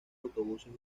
autobuses